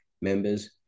members